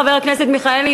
חבר הכנסת מיכאלי,